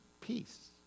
peace